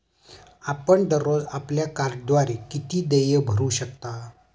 आपण दररोज आपल्या कार्डद्वारे किती देय भरू शकता?